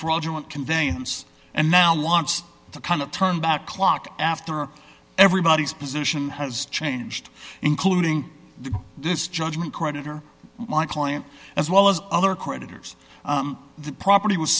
fraudulent conveyance and now wants to kind of turn back clock after everybody's position has changed including this judgment creditor my client as well as other creditors the property was